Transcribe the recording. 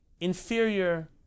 inferior